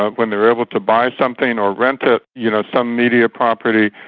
ah when they are able to buy something or rent it, you know, some media property,